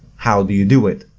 how do you do it?